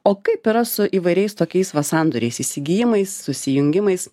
o kaip yra su įvairiais tokiais va sandoriais įsigijimais susijungimais